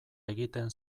egiten